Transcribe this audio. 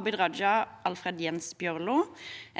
Abid Raja, Alfred Jens Bjørlo og meg